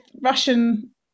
Russian